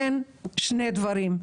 שני דברים,